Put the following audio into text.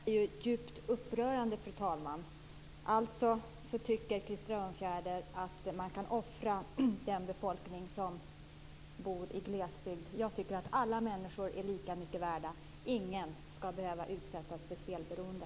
Fru talman! Det här är djupt upprörande. Alltså tycker Krister Örnfjäder att man kan offra den befolkning som bor i glesbygd. Jag tycker att alla människor är lika mycket värda. Ingen skall behöva utsättas för spelberoende.